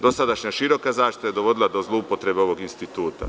Dosadašnja široka zaštita je dovodila do zloupotrebe ovog instituta.